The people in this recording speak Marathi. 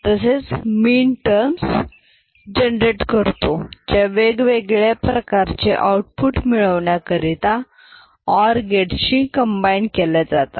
तसेच मीनटर्मस जनरेट करतो ज्या वेगवेगळ्या प्रकारचे आउटपुट मिळवण्याकरिता ऑर गेट शी कंबाईन केल्या जातात